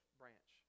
branch